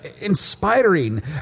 inspiring